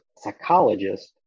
psychologist